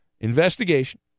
investigation